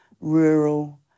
rural